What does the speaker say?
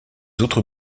autres